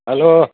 hello